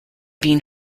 been